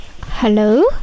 Hello